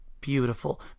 beautiful